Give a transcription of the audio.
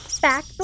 back